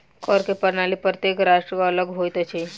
कर के प्रणाली प्रत्येक राष्ट्रक अलग होइत अछि